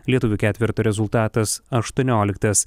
lietuvių ketverto rezultatas aštuonioliktas